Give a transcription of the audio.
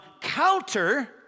counter